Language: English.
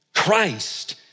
Christ